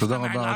) תודה רבה.